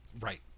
Right